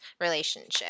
relationship